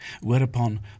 whereupon